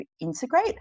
integrate